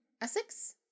Essex